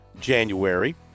January